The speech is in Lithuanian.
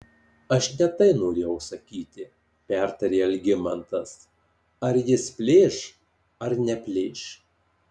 aš ne tai norėjau sakyti pertarė algimantas ar jis plėš ar neplėš